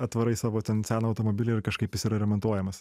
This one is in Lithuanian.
atvarai savo ten seną automobilį ir kažkaip jis yra remontuojamas